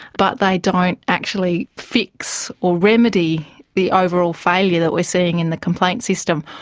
but they don't actually fix or remedy the overall failure that we're seeing in the complaint system.